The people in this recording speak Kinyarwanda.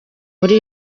muri